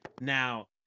Now